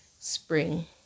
spring